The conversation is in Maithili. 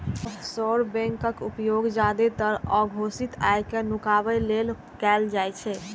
ऑफसोर बैंकक उपयोग जादेतर अघोषित आय कें नुकाबै लेल कैल जाइ छै